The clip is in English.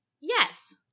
yes